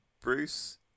Bruce